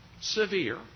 severe